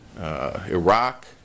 Iraq